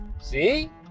See